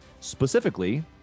specifically